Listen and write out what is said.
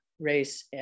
race